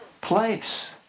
place